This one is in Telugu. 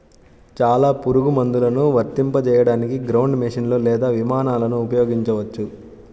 చాలా పురుగుమందులను వర్తింపజేయడానికి గ్రౌండ్ మెషీన్లు లేదా విమానాలను ఉపయోగించవచ్చు